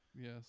Yes